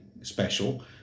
special